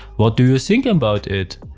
what do you think about it?